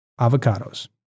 avocados